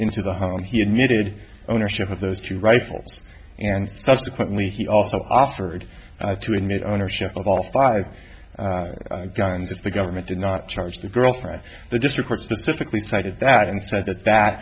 into the home he admitted ownership of those two rifles and subsequently he also offered to admit ownership of all five guns if the government did not charge the girlfriend the district specifically cited that and said that that